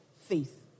Faith